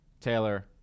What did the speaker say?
Taylor